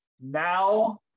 now